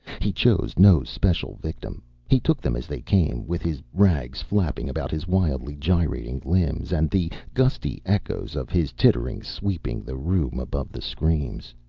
he chose no special victim. he took them as they came, with his rags flapping about his wildly gyrating limbs, and the gusty echoes of his tittering sweeping the room above the screams.